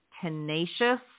tenacious